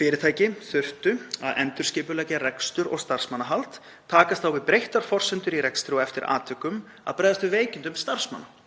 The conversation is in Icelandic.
Fyrirtæki þurftu að endurskipuleggja rekstur og starfsmannahald, takast á við breyttar forsendur í rekstri og eftir atvikum að bregðast við veikindum starfsmanna